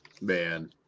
Man